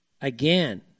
again